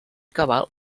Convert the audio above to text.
cabal